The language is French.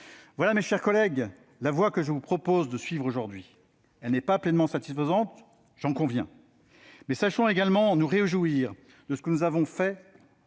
Voilà, mes chers collègues, la voie que je vous propose de suivre aujourd'hui. Elle n'est pas pleinement satisfaisante, j'en conviens. Mais sachons également nous réjouir de ce que nous avons fait